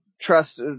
trust